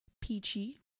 peachy